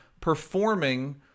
performing